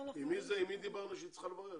עם מי דיברנו שהיא צריכה לברר?